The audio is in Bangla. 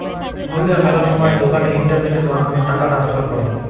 মুইরা মেলা সময় দোকানে ইন্টারনেটের মাধ্যমে টাকা ট্রান্সফার করাং